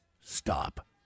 stop